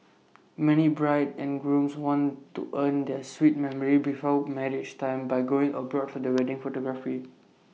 many brides and grooms want to earn their sweet memory before marriage time by going abroad for the wedding photography